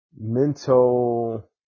Mental